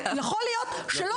יכול להיות שפה צריך כן להתערב.